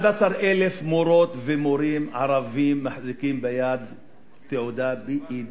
11,000 מורות ומורים ערבים מחזיקים ביד תעודתB.Ed.